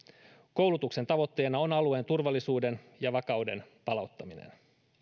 koulutuksen tavoitteena on alueen turvallisuuden ja vakauden palauttaminen